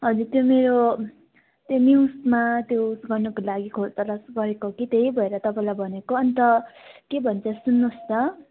हजुर त्यो मेरो त्यो न्युजमा त्यो गर्नुको लागि खोज तलास गरेको कि त्यही भएर तपाईँलाई भनेको अन्त के भन्छ सुन्नुहोस् त